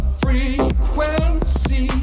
frequency